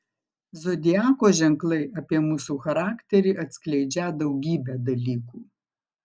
zodiako ženklai apie mūsų charakterį atskleidžią daugybę dalykų